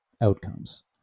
outcomes